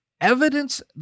evidence